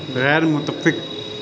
غیرمتفق